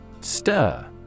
Stir